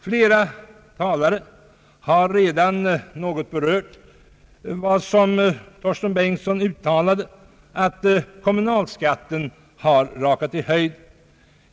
Torsten Bengtson och flera andra talare har framhållit att kommunalskatten rakat i höjden.